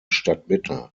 stadtmitte